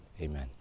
Amen